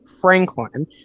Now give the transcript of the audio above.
franklin